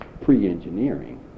pre-engineering